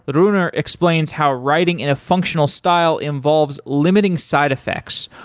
but runar explains how writing in a functional style involves limiting side effects,